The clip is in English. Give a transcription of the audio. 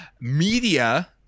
media